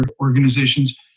organizations